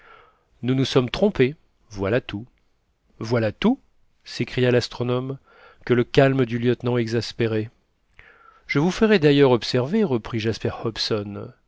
nous nous sommes trompés voilà tout voilà tout s'écria l'astronome que le calme du lieutenant exaspérait je vous ferai d'ailleurs observer reprit jasper hobson